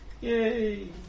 Yay